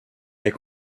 est